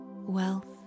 Wealth